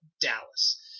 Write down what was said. dallas